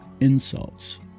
insults